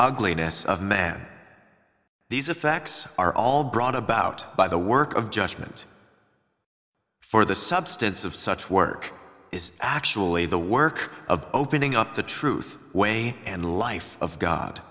ugliness of man these effects are all brought about by the work of judgment for the substance of such work is actually the work of opening up the truth way and life of god